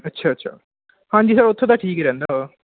ਅੱਛਾ ਅੱਛਾ ਹਾਂਜੀ ਸਰ ਉਥੋਂ ਤਾਂ ਠੀਕ ਰਹਿੰਦਾ ਵਾ